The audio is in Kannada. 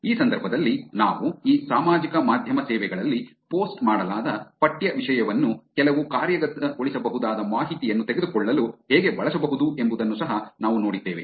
ಈ ಸಂದರ್ಭದಲ್ಲಿ ನಾವು ಈ ಸಾಮಾಜಿಕ ಮಾಧ್ಯಮ ಸೇವೆಗಳಲ್ಲಿ ಪೋಸ್ಟ್ ಮಾಡಲಾದ ಪಠ್ಯ ವಿಷಯವನ್ನು ಕೆಲವು ಕಾರ್ಯಗತಗೊಳಿಸಬಹುದಾದ ಮಾಹಿತಿಯನ್ನು ತೆಗೆದುಕೊಳ್ಳಲು ಹೇಗೆ ಬಳಸಬಹುದು ಎಂಬುದನ್ನು ಸಹ ನಾವು ನೋಡಿದ್ದೇವೆ